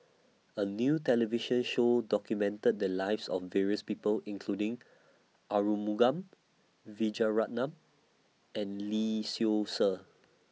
A New television Show documented The Lives of various People including Arumugam Vijiaratnam and Lee Seow Ser